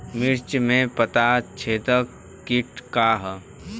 मिर्च में पता छेदक किट का है?